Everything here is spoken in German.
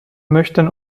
möchten